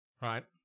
Right